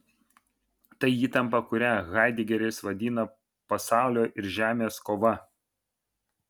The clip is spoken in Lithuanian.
tai įtampa kurią haidegeris vadina pasaulio ir žemės kova